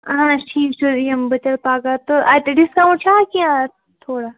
اہن حظ ٹھیٖک چھُ یِمہٕ بہٕ تیٚلہِ پَگاہ تہٕ اَتہِ ڈِسکاوُنٛٹ چھا کیٚنٛہہ تھوڑا